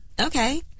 Okay